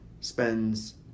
spends